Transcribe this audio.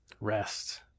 Rest